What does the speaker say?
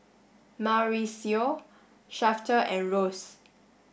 Mauricio Shafter and Rose